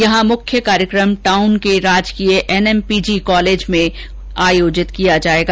यहां मुख्य कार्यक्रम टाउन के राजकीय एनएम पीजी कॉलेज में होगा